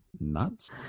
nuts